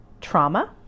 trauma